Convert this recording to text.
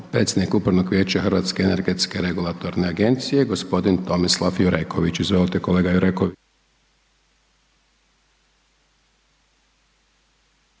predsjednik Upravnog vijeća Hrvatske energetske regulatorne agencije, gospodin Tomislav Jureković. Izvolite kolega Jureković.